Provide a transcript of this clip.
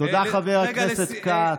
תודה, חבר הכנסת כץ.